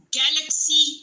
galaxy